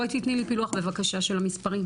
בואי תתני לי פילוח בבקשה של המספרים.